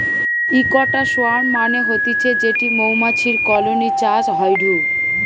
ইকটা সোয়ার্ম মানে হতিছে যেটি মৌমাছির কলোনি চাষ হয়ঢু